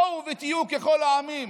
בואו ותהיו ככל העמים